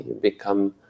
become